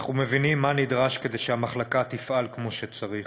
אנחנו מבינים מה נדרש כדי שהמחלקה תפעל כמו שצריך.